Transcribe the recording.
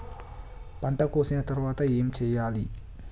పంట కోసిన తర్వాత ఏం చెయ్యాలి?